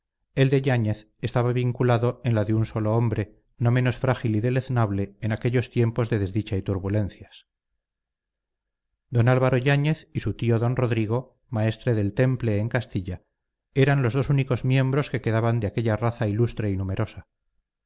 el de yáñez estaba vinculado en la de un solo hombre no menos frágil y deleznable en aquellos tiempos de desdicha y turbulencias don álvaro yáñez y su tío don rodrigo maestre del temple en castilla eran los dos únicos miembros que quedaban de aquella raza ilustre y numerosa